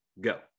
go